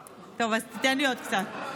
טוב, אז תיתן לי עוד קצת.